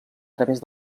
través